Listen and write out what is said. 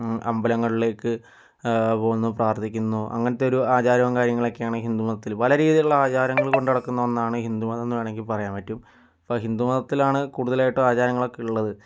അമ്പലങ്ങളിലേക്ക് പോകുന്നു പ്രാർത്ഥിക്കുന്നു അങ്ങനത്തെ ഒരു ആചാരവും കാര്യങ്ങളുമൊക്കെയാണ് ഹിന്ദുമതത്തിൽ പല രീതിയിലുള്ള ആചാരങ്ങൾ കൊണ്ട് നടക്കുന്ന ഒന്നാണ് ഹിന്ദുമതം എന്ന് വേണമെങ്കിൽ പറയാൻ പറ്റും അപ്പോൾ ഹിന്ദുമതത്തിലാണ് കൂടുതലായിട്ടും ആചാരങ്ങളൊക്കെ ഉള്ളത്